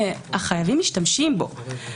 שהחייבים משתמשים בהליך הזה.